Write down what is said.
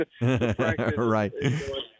Right